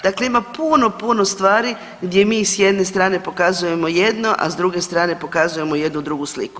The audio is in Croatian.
Dakle, ima puno, puno stvari gdje mi s jedne strane pokazujemo jedno, a s druge strane pokazujemo jednu drugu sliku.